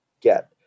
get